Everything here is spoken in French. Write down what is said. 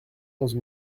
onze